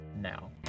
now